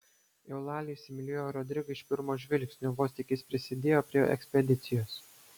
eulalija įsimylėjo rodrigą iš pirmo žvilgsnio vos tik jis prisidėjo prie ekspedicijos